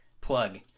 plug